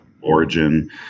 origin